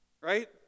right